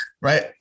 right